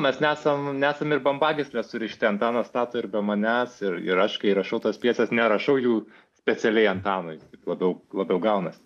mes nesam nesam ir bambagysle surišti antanas stato ir be manęs ir ir aš kai rašau tas pjeses nerašau jų specialiai antanui labiau labiau gaunasi